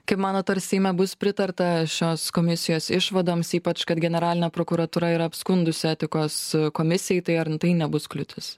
kaip manot ar seime bus pritarta šios komisijos išvadoms ypač kad generalinė prokuratūra yra apskundusi etikos komisijai tai ar tai nebus kliūtis